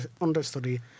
understudy